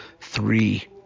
three